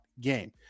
game